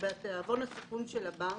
בתיאבון הסיכון של הבנק,